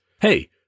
Hey